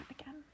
again